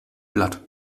platt